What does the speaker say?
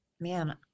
man